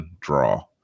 draw